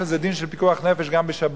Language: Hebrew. יש לזה דין של פיקוח נפש גם בשבת,